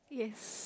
yes